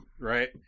Right